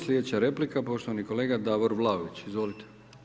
Slijedeća replika poštovani kolega Davor Vlaović, izvolite.